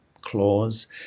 clause